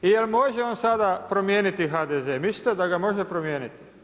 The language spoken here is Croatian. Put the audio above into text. I jel' može on sada promijeniti HDZ, mislite li da ga može promijeniti?